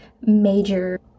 major